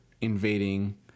invading